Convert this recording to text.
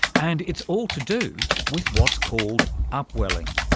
and it's all to do with what's called upwelling.